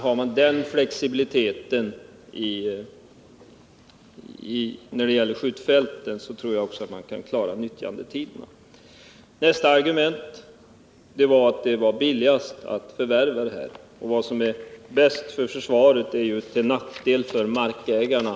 Har man den flexibiliteten när det gäller skjutfälten, tror jag att man också kan komma överens om nyttjandetiderna. Nästa argument var att det billigaste sättet är att förvärva marken. Men vad som är bäst för försvaret är ju till nackdel för markägarna.